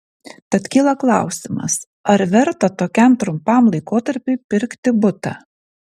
tad kyla klausimas ar verta tokiam trumpam laikotarpiui pirkti butą